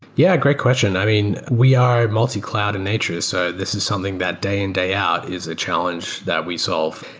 yeah, great question. i mean, we are multi-cloud in nature, so this is something that day-in, day-out is a challenge that we solve.